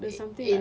did something